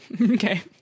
Okay